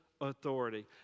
authority